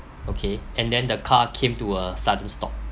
okay and then the car came to a sudden stop